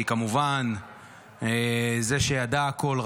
כי כמובן זה שידע הכול,